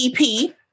EP